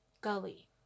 gully